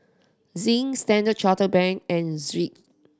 Zinc Standard Chartered Bank and Schick